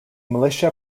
militia